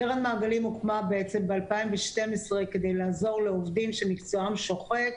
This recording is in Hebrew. קרן מעגלים הוקמה ב-2012 כדי לעזור לעובדים שמקצועם שוחק,